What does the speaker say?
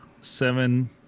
seven